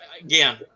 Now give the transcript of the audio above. again